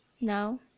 Now